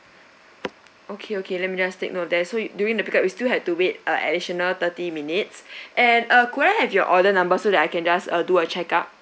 okay okay let me just take note of that so during the pick up you still have to wait a additional thirty minutes and uh could I have your order number so that I can just uh do a check up